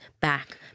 back